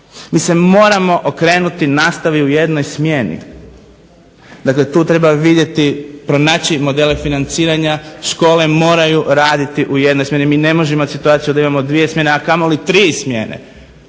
Mi se moramo okrenuti nastavi u jednoj smjeni. Dakle tu treba vidjeti, pronaći modele financiranja, škole moraju raditi u jednoj smjeni. Mi ne možemo imati situaciju da imamo dvije smjene, a kamoli tri smjene